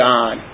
God